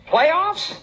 Playoffs